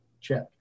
check